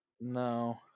No